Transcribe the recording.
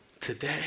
today